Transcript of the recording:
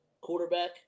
quarterback